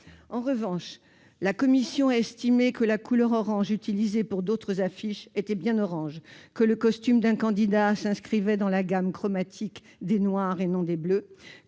En revanche, la commission a estimé que la couleur orange utilisée pour d'autres affiches était bien orange, que le costume d'un candidat s'inscrivait dans la gamme chromatique des noirs et non des bleus,